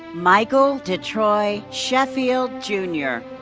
micheal detroy sheffield, jnr.